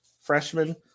freshman